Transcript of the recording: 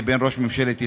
לבין ראש ממשלת ישראל,